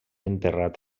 enterrat